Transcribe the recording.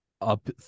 up